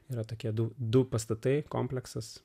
yra tokie du du pastatai kompleksas